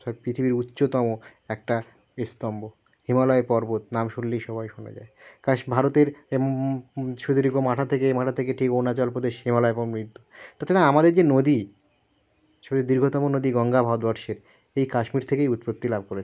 পৃথিবীর উচ্চতম একটা স্তম্ভ হিমালয় পর্বত নাম শুনলেই সবাই শোনা যায় কাশ ভারতের সুদীর্ঘ মাথা থেকে এ মাথা থেকে ঠিক অরুণাচল প্রদেশ হিমালয় সমৃদ্ধ তাছাড়া আমাদের যে নদী সুদীর্ঘতম নদী গঙ্গা ভারতবর্ষের এই কাশ্মীর থেকেই উৎপত্তি লাভ করেছে